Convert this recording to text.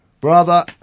brother